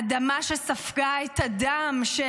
אדמה שספגה את הדם של